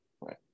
right